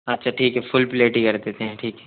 अच्छा ठीक है फ़ुल प्लेट ही कर देते हैं ठीक है